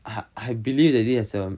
I I believe these had some